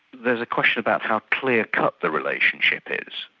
there's a question about how clear-cut the relationship is.